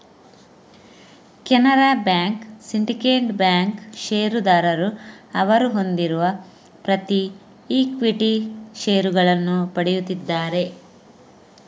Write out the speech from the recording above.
Canara bank, syndicate bank ಷೇರುದಾರರು ಅವರು ಹೊಂದಿರುವ ಪ್ರತಿ ಈಕ್ವಿಟಿ ಷೇರುಗಳನ್ನು ಪಡೆಯುತ್ತಿದ್ದಾರೆ